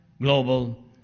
global